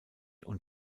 und